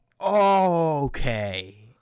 Okay